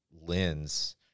lens